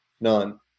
None